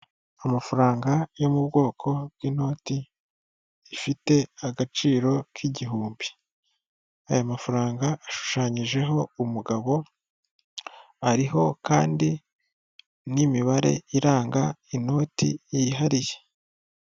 Amafaranga yo mu bwoko bw'inoti ifite agaciro k'igihumbi, aya mafaranga ashushanyijeho umugabo ariho kandi n'imibare iranga inoti yihariye.